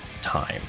time